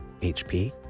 hp